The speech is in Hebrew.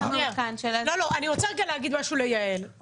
המעודכן של --- אבל אני חייבת להגיד גם משהו ליעל.